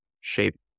shape